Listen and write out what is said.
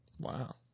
Wow